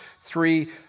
three